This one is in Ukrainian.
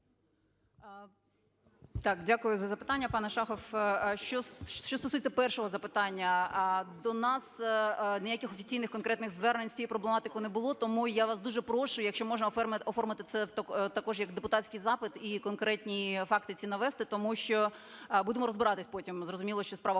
дякую за запитання, пане Шахов. Що стосується першого запитання. До нас ніяких офіційних конкретних звернень з цією проблематикою не було. Тому я вас дуже прошу, якщо можна, оформити це також як депутатський запит і конкретні факти ці навести, тому що будемо розбиратися потім. Зрозуміло, що з